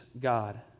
God